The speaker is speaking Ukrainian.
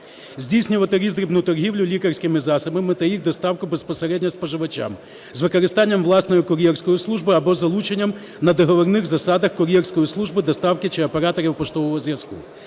здійснювати роздрібну торгівлю лікарськими засобами та їх доставку безпосередньо споживачам із використанням власної кур'єрської служби або із залученням на договірних засадах кур'єрської служби доставки чи операторів поштового зв’язку.